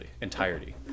entirety